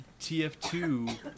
TF2